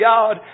God